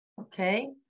okay